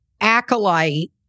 acolyte